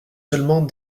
seulement